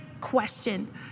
question